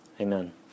amen